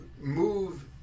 move